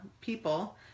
people